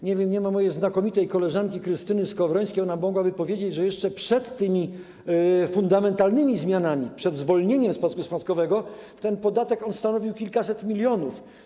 Nie wiem, nie ma mojej znakomitej koleżanki Krystyny Skowrońskiej, ona mogłaby powiedzieć, że jeszcze przed tymi fundamentalnymi zmianami, przed zwolnieniem z podatku spadkowego, ten podatek stanowił kwotę kilkuset milionów.